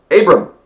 Abram